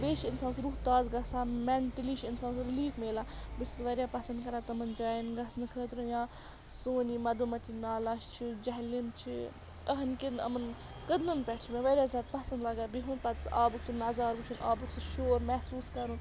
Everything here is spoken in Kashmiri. بیٚیہِ چھُ اِنسانَس روح تاز گژھان میٚنٹٔلی چھُ اِنسانَس رِلیٖف میلان بہٕ چھیٚس واریاہ پَسنٛد کَران تِمَن جایَن گژھنہٕ خٲطرٕ یا سون یہِ مَدومتی نالہ چھُ جہلِم چھُ یہنٛدیٚن یمَن کٔدلَن پٮ۪ٹھ چھُ مےٚ واریاہ زیادٕ پَسنٛد لَگان بیہُن پَتہٕ سُہ آبُک سُہ نظارٕ وُچھُن آبُک سُہ شور محسوٗس کَرُن